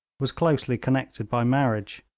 was closely connected by marriage.